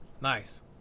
Nice